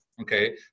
Okay